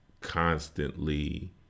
constantly